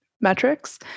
metrics